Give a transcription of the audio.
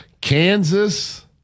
Kansas